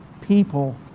people